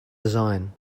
design